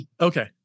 Okay